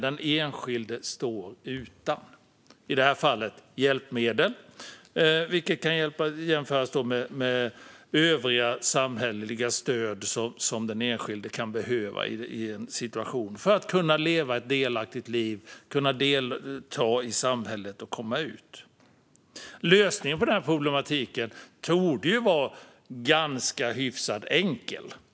Den enskilde står utan i det här fallet hjälpmedel, vilket kan jämföras med övriga samhälleliga stöd som den enskilde kan behöva i en situation för att kunna leva ett delaktigt liv, kunna delta i samhället och komma ut. Lösningen på den här problematiken torde vara hyfsat enkel.